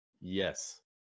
yes